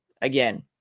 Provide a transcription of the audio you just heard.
again